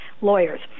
lawyers